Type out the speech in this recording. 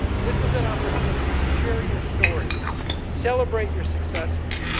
this is an opportunity to share your stories celebrate your successes.